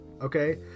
okay